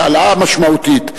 זאת העלאה משמעותית,